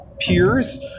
peers